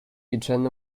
between